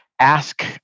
ask